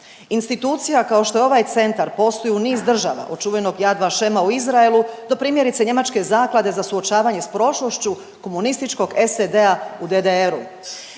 Institucija kao što je ovaj centar postoji u niz država od čuvenog Yad Vashema u Izraelu, do primjerice njemačke Zaklade za suočavanje sa prošlošću komunističkog SDA-a u DDR-u.